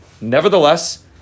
Nevertheless